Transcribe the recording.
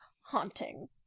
haunting